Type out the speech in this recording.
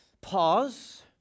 pause